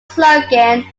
slogan